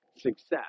success